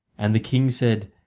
and the king said,